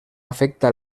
afecta